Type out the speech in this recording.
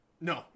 No